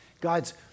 God's